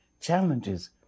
challenges